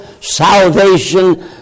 salvation